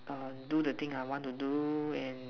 err do the thing I want to do and